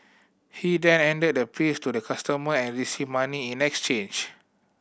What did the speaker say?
he then handed the pills to the customer and received money in next change